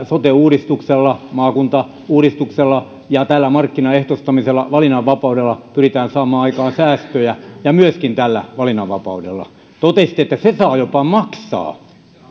sote uudistuksella maakuntauudistuksella ja tällä markkinaehtoistamisella valinnanvapaudella pyritään saamaan aikaan säästöjä myöskin tällä valinnanvapaudella totesitte että se saa jopa maksaa